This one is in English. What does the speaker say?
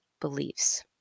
beliefs